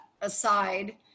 aside